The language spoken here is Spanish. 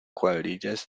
cuadrillas